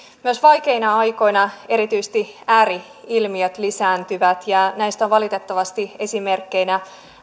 myös vaikeina aikoina erityisesti ääri ilmiöt lisääntyvät ja näistä ovat valitettavasti esimerkkeinä